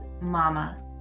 mama